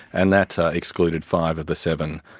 and that excluded five of the seven,